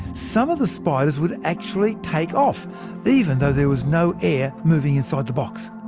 some of the spiders would actually take off even though there was no air moving inside the box!